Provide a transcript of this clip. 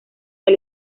del